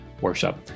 Workshop